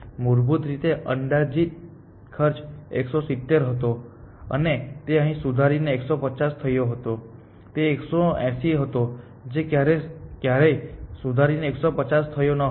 મૂળભૂત રીતે અંદાજિત ખર્ચ 170 હતો અને તે અહીં સુધારીને 150 થયો હતો તે 180 હતો જે ક્યારેય સુધારીને 150 થયો ન હતો